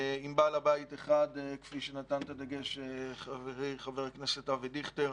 עם בעל בית אחד כפי שנתן את הדגש חברי חבר הכנסת אבי דיכטר.